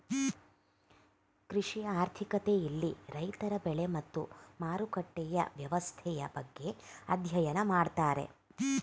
ಕೃಷಿ ಆರ್ಥಿಕತೆ ಇಲ್ಲಿ ರೈತರ ಬೆಳೆ ಮತ್ತು ಮಾರುಕಟ್ಟೆಯ ವ್ಯವಸ್ಥೆಯ ಬಗ್ಗೆ ಅಧ್ಯಯನ ಮಾಡ್ತಾರೆ